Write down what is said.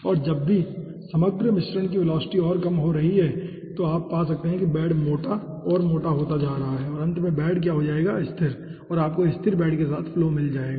और जब भी समग्र मिश्रण की वेलोसिटी और कम हो रही है तो आप पा सकते हैं कि बेड मोटा और मोटा हो रहा है और अंत में बेड स्थिर हो जाएगा और आपको स्थिर बेड के साथ फ्लो मिल जाएगा